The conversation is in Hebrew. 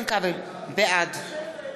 בעד